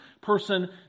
person